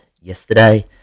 yesterday